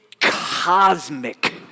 cosmic